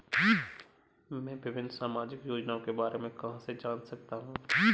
मैं विभिन्न सामाजिक योजनाओं के बारे में कहां से जान सकता हूं?